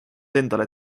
endale